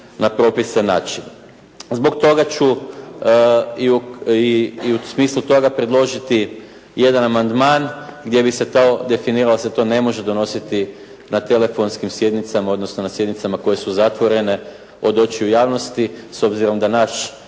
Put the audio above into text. na propisan način. Zbog toga ću i u smislu toga predložiti jedan amandman gdje bi se to definiralo da se to ne može donositi na telefonskim sjednicama odnosno na sjednicama koje su zatvorene od očiju javnosti. S obzirom da naš